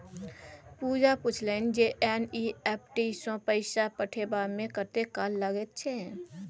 पूजा पूछलनि जे एन.ई.एफ.टी सँ पैसा पठेबामे कतेक काल लगैत छै